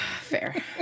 Fair